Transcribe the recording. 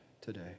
today